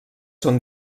són